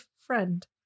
friend